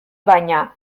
baina